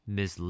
Miss